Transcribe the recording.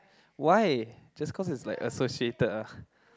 why just cause it's like associated ah